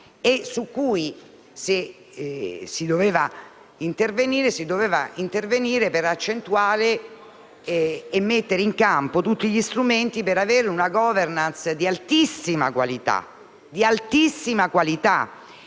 e su cui si doveva intervenire per mettere in campo tutti gli strumenti per una *governance* di altissima qualità,